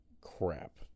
crap